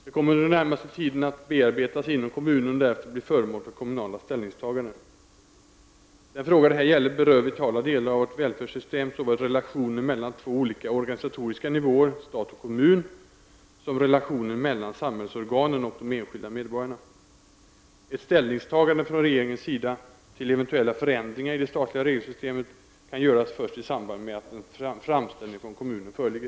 Det kommer under den närmaste tiden att bearbetas inom kommunen och därefter bli föremål för kommunala ställningstaganden. Den fråga det här gäller berör vitala delar av vårt välfärdssystem, såväl relationen mellan två olika organisatoriska nivåer — stat och kommun — som relationen mellan samhällsorganen och de enskilda medborgarna. Ett ställningstagande från regeringen till eventuella förändringar i det statliga regelsystemet kan göras först i samband med att en framställning från kommunen föreligger.